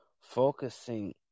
focusing